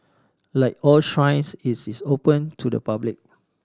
like all shrines is is open to the public